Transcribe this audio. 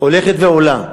הולכת ועולה.